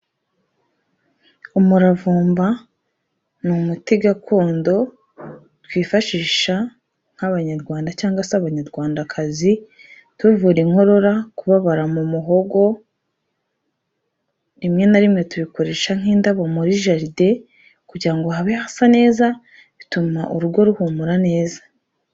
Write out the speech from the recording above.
Umuravumba ni umuti gakondo twifashisha nk'Abanyarwanda cyangwa se Abanyarwandakazi, tuvura inkorora, kubabara mu muhogo, rimwe na rimwe tubikoresha nk'indabo muri jaride kugira ngo habe hasa neza bituma urugo ruhumura neza.